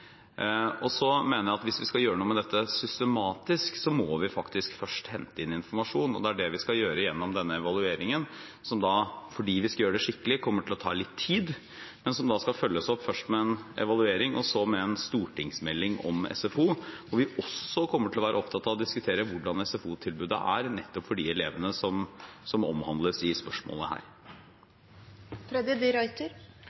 Hvis vi skal gjøre noe systematisk med dette, må vi faktisk først hente inn informasjon, og det er det vi skal gjøre gjennom denne evalueringen, som kommer til å ta litt tid fordi vi skal gjøre det skikkelig, men som skal følges opp, først med en evaluering og så med en stortingsmelding om SFO, hvor vi også kommer til å være opptatt av å diskutere hvordan SFO-tilbudet er nettopp for de elevene som